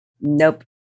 Nope